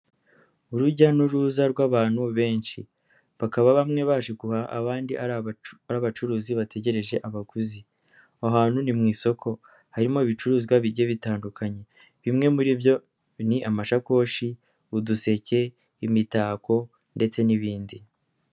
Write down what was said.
Urujya n'uruza rw'abantu benshi, bakaba bamwe baje guhaha abandi ari abacuruzi bategereje abaguzi, aho hantu ni mu isoko, harimo ibicuruzwa bigiye bitandukanye, bimwe muri byo ni amashakoshi, uduseke, imitako ndetse n'ibindi.